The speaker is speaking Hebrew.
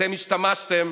אתם השתמשתם